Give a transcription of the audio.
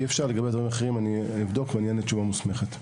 לגבי שאר הדברים, אני אבדוק ואענה תשובה מוסמכת.